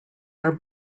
are